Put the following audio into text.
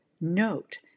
Note